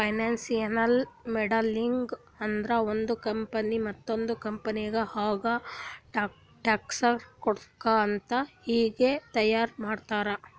financial modelling ಅಂದುರ್ ಒಂದು company ಮತ್ತೊಂದ್ ಕಂಪನಿಗ ಹ್ಯಾಂಗ್ ಟಕ್ಕರ್ ಕೊಡ್ಬೇಕ್ ಅಂತ್ ಈಗೆ ತೈಯಾರಿ ಮಾಡದ್ದ್